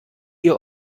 ihr